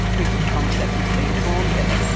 proof of concept is being formed there.